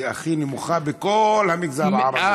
היא הכי נמוכה בכל המגזר הערבי.